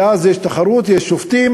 ואז יש תחרות, יש שופטים,